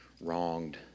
wronged